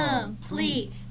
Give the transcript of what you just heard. Complete